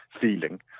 feeling